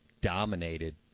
dominated